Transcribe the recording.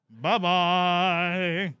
Bye-bye